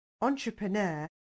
entrepreneur